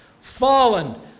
fallen